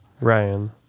Ryan